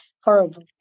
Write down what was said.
horrible